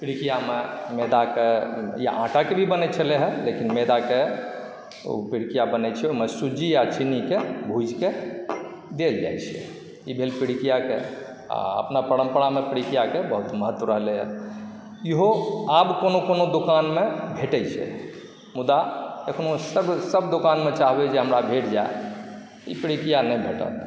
पीड़िकियामे मैदाके या आटाके भी बनै छलैहँ लेकिन मैदाके पीड़िकिया बनै छै ओहिमे सुज्जी आओर चिन्नीकेँ भुजिकऽ देल जाइत छै ई भेल पीड़िकिया कऽ आओर अपना परम्परामे पीड़िकियाके बहुत महत्व रहलै हँ ईहो आब कोनो कोनो दोकानमे भेटै छै मुदा एखनो सभ सभ दोकानमे चाहबै जे हमरा भेट जाइ ई पीड़िकिया नहि भेटत